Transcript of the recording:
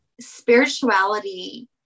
spirituality